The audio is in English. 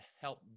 help